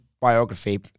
biography